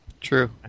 True